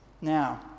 now